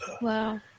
Wow